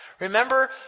Remember